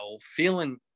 feeling